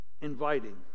inviting